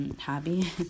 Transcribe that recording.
hobby